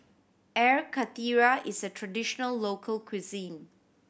Air Karthira is a traditional local cuisine